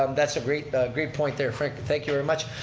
um that's a great great point there. thank you very much.